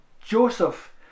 Joseph